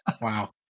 wow